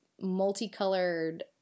multicolored